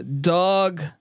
Dog